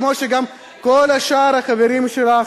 כמו שגם כל שאר החברים שלך,